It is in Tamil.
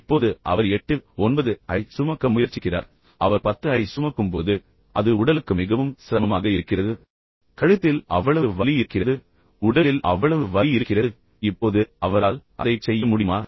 இப்போது அவர் 89 ஐ சுமக்க முயற்சிக்கிறார் அவர் 10 ஐ சுமக்கும்போது அது உடலுக்கு மிகவும் சிரமமாக இருக்கிறது கழுத்தில் அவ்வளவு வலி இருக்கிறது உடலில் அவ்வளவு வலி இருக்கிறது இப்போது அவரால் அதைச் செய்ய முடியுமா